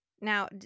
Now